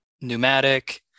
pneumatic